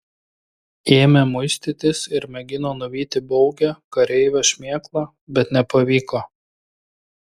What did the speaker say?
ėmė muistytis ir mėgino nuvyti baugią kareivio šmėklą bet nepavyko